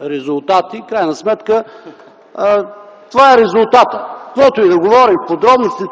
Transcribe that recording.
резултати. В крайна сметка това е резултатът. Каквото и да говорим тук са подробности.